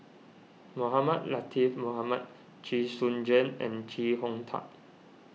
Mohamed Latiff Mohamed Chee Soon Juan and Chee Hong Tat